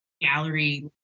gallery